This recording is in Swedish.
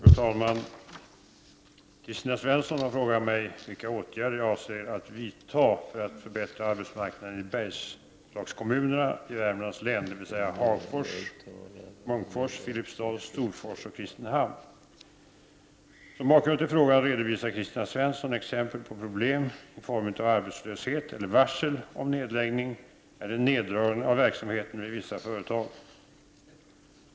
Fru talman! Kristina Svensson har frågat mig vilka åtgärer jag avser att vidta för att förbättra arbetsmarknaden i Bergslagskommunerna i Värmlands län, dvs. Hagfors, Munkfors, Filipstad, Storfors och Kristinehamn. Som bakgrund till frågan redovisar Kristina Svensson exempel på problem i form av arbetslöshet eller varsel om nedläggning eller neddragning av verksamheten vid vissa företag.